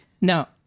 Now